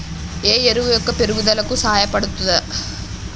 ఈ ఎరువు మొక్క పెరుగుదలకు సహాయపడుతదా?